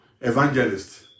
Evangelist